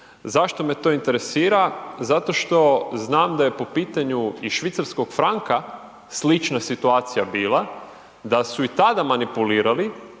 Zašto me to interesira? Zato što znam da je po pitanju i švicarskog franka slična situacija bila, da su i tada manipulirali